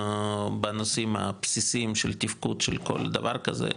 בנושאים הבסיסיים של תפקוד של כל דבר כזה,